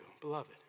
beloved